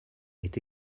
est